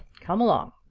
come along!